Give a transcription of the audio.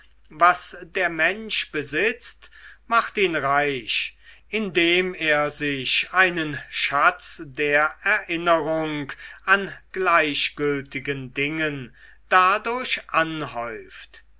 was der mensch besitzt macht ihn reich indem er sich einen schatz der erinnerung an gleichgültigen dingen dadurch anhäuft